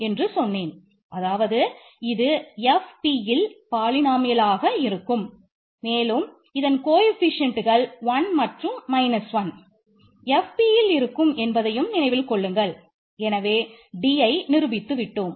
எனவே dயை நிரூபித்து விட்டோம்